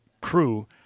crew